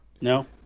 No